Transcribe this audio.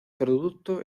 producto